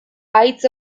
haitz